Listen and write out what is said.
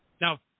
Now